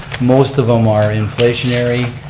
most of them are inflationary